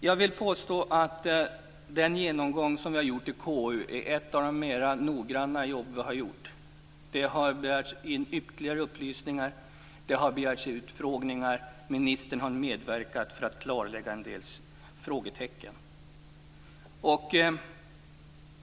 Jag vill påstå att den genomgång vi har gjort i KU är ett av de mer noggranna jobb som vi har gjort. Det har begärts in ytterligare upplysningar, det har begärts utfrågningar, och ministern har medverkat för att klarlägga en del frågetecken.